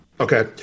okay